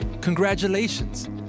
congratulations